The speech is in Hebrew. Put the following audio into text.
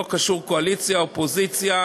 זה לא קשור לקואליציה אופוזיציה,